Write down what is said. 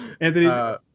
Anthony